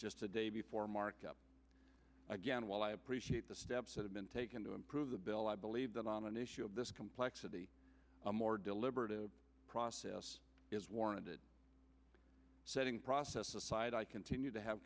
just a day before markup again while i appreciate the steps that have been taken to improve the bill i believe that on an issue of this complexity a more deliberative process is warranted setting process aside i continue to have